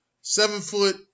Seven-foot